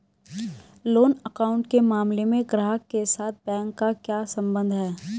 Loan account के मामले में ग्राहक के साथ बैंक का क्या संबंध है?